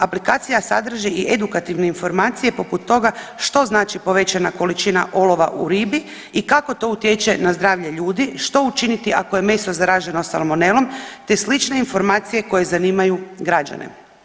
Aplikacija sadrži i edukativne informacije poput toga što znači povećana količina olova u ribi i kako to utječe na zdravlje ljudi, što učiniti ako je meso zaraženo salmonelom, te slične informacije koje zanimaju građane.